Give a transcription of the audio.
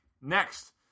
Next